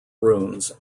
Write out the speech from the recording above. rooms